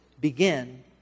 Begin